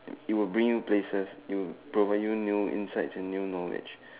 it will bring you places it will provide you new insights and new knowledge